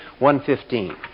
115